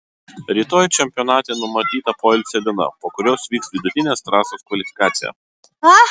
rytoj čempionate numatyta poilsio diena po kurios vyks vidutinės trasos kvalifikacija